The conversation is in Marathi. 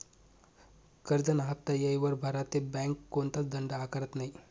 करजंना हाफ्ता येयवर भरा ते बँक कोणताच दंड आकारत नै